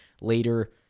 later